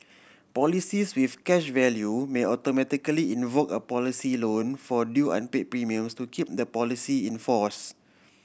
policies with cash value may automatically invoke a policy loan for due unpay premiums to keep the policy in force